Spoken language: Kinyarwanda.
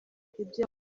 ibyo